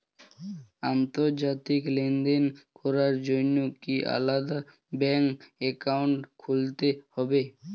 আন্তর্জাতিক লেনদেন করার জন্য কি আলাদা ব্যাংক অ্যাকাউন্ট খুলতে হবে?